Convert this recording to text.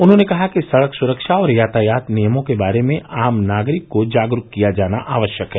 उन्होंने कहा कि सड़क सुरक्षा और यातायात नियमों के बारे में आम नागरिक को जागरूक किया जाना आवश्यक है